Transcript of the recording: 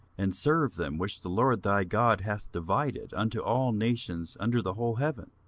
and serve them, which the lord thy god hath divided unto all nations under the whole heaven.